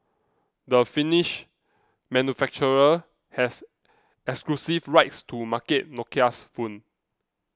the Finnish manufacturer has exclusive rights to market Nokia's phones